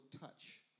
touch